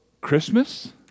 Christmas